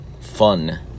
fun